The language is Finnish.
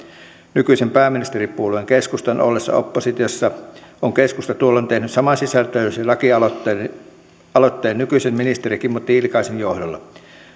nykyisen pääministeripuolueen keskustan ollessa oppositiossa on keskusta tuolloin tehnyt saman sisältöisen lakialoitteen nykyisen ministeri kimmo tiilikaisen johdolla